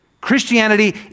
Christianity